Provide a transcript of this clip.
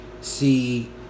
See